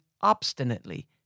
obstinately